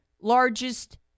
largest